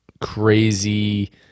crazy